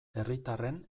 herritarren